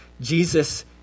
Jesus